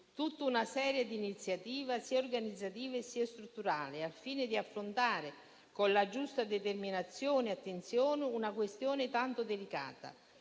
tutta una serie di iniziative sia organizzative sia strutturali, al fine di affrontare con la giusta determinazione e attenzione una questione tanto delicata